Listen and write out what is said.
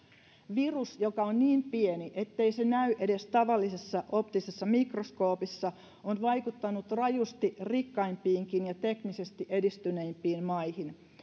virus joka on niin pieni ettei se näy edes tavallisessa optisessa mikroskoopissa on vaikuttanut rajusti rikkaimpiinkin ja teknisesti edistyneimpiin maihin